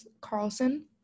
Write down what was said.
Carlson